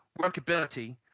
workability